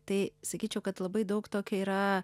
tai sakyčiau kad labai daug tokio yra